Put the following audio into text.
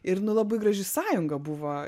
ir nu labai graži sąjunga buvo